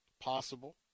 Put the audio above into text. possible